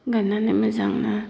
गायनानै मोजांनो